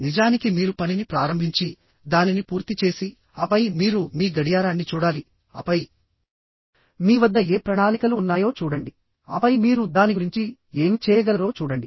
నిజానికి మీరు పనిని ప్రారంభించి దానిని పూర్తి చేసి ఆపై మీరు మీ గడియారాన్ని చూడాలి ఆపై మీ వద్ద ఏ ప్రణాళికలు ఉన్నాయో చూడండి ఆపై మీరు దాని గురించి ఏమి చేయగలరో చూడండి